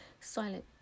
silent